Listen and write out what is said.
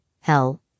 hell